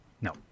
No